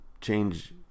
change